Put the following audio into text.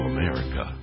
America